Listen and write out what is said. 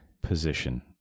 position